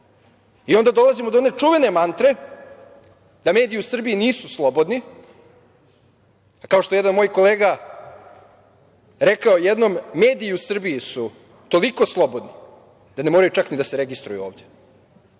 i onda dolazimo do one čuvene mantre, da mediji u Srbiji nisu slobodni. Kao što je jedan moj kolega rekao jednom – mediji u Srbiji su toliko slobodni da ne moraju čak ni da se registruju ovde